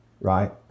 right